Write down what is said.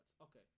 Okay